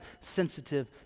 sensitive